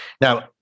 Now